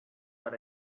that